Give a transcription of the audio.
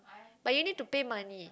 but you need to pay money